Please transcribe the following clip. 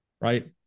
right